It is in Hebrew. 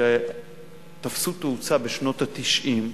שתפסו תאוצה בשנות ה-90,